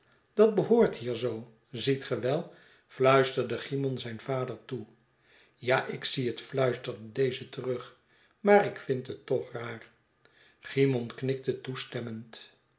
dat behoort hier zoo ziet ge wel fluisterde cymon zijn vader toe ja ik zie het fluisterde deze terug maar ik vind het toch raar cymon knikte toestemmend